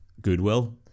Goodwill